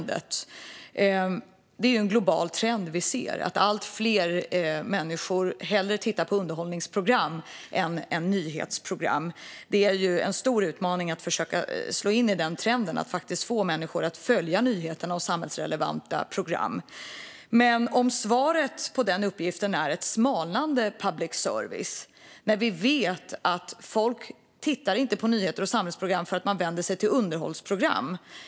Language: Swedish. Det är en global trend vi ser att allt fler människor hellre tittar på underhållningsprogram än på nyhetsprogram. Det är en stor utmaning att försöka bryta den trenden och faktiskt få människor att följa nyheterna och samhällsrelevanta program. Men är svaret på den uppgiften ett smalnande public service, när vi vet att folk inte tittar på nyheter och samhällsprogram utan vänder sig till underhållningsprogram?